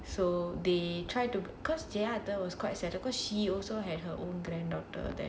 so they try to because J arthur was quite sad because she also had her own granddaughter there [what]